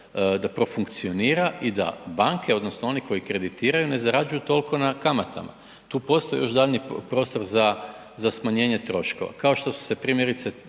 da profunkcionira i da banke, odnosno oni koji kreditiraju ne zarađuju toliko na kamatama. Tu postoji još daljnji prostor za smanjenje troškova. Kao što su se primjerice